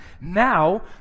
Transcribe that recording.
now